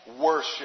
worship